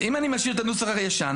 אם אני משאיר את הנוסח הישן,